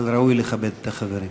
אבל ראוי לכבד את החברים.